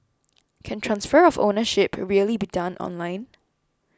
can transfer of ownership really be done online